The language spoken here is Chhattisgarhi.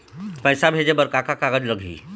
पैसा भेजे बर का का कागज लगही?